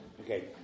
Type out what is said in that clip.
Okay